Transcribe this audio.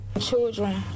Children